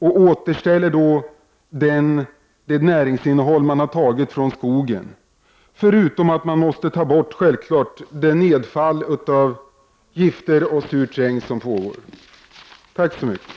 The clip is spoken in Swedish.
Då återför man det näringsinnehåll man har tagit från skogen. Dessutom måste man självfallet få bort det nedfall av gifter och surt regn som pågår. Tack så mycket!